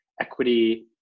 equity